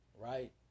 right